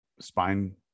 spine